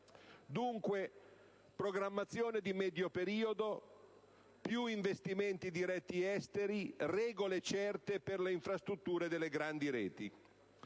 dunque programmazione di medio periodo, più investimenti diretti esteri, regole certe per le infrastrutture delle grandi reti.